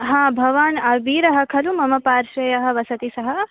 हा भवान् अबीरः खलु मम पार्श्वे यः वसति सः